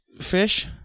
Fish